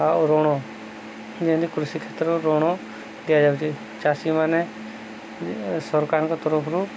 ଆଉ ଋଣ ଯେମିତି କୃଷି କ୍ଷେତ୍ରରୁ ଋଣ ଦିଆଯାଉଛି ଚାଷୀମାନେ ସରକାରଙ୍କ ତରଫରୁ